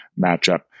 matchup